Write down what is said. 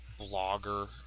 Blogger